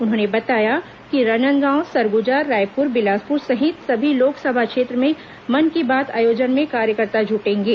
उन्होंने बताया कि राजनांदगांव सरगुजा रायपुर बिलासपुर सहित सभी लोकसभा क्षेत्र में मन की बात आयोजन में कार्यकर्ता जुटेंगे